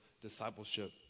discipleship